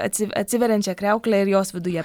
atsiv atsiveriančią kriauklę ir jos viduje